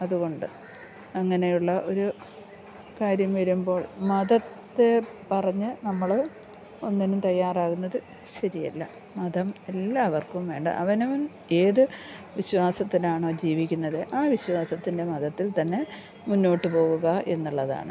അതുകൊണ്ട് അങ്ങനെയുള്ള ഒരു കാര്യം വരുമ്പോൾ മതത്തെ പറഞ്ഞു നമ്മൾ ഒന്നിനും തയ്യാറാകുന്നത് ശരിയല്ല മതം എല്ലാവർക്കും വേണ്ട അവനവൻ ഏത് വിശ്വാസത്തിലാണോ ജീവിക്കുന്നത് ആ വിശ്വാസത്തിൻ്റെ മതത്തിൽ തന്നെ മുന്നോട്ട് പോവുക എന്നുള്ളതാണ്